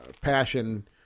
passion